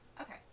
Okay